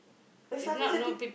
they started